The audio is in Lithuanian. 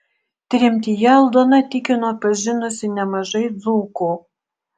tremtyje aldona tikino pažinusi nemažai dzūkų